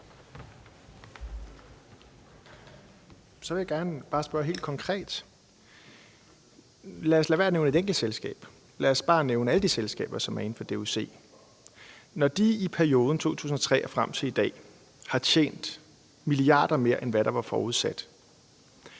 med at nævne et enkelt selskab. Lad os bare nævne alle de selskaber, som er inden for DUC. Når de i perioden fra 2003 og frem til i dag har tjent milliarder mere, end hvad der var forudsat,